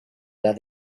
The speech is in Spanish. edad